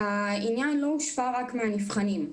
העניין לא הושפע רק מהנבחנים.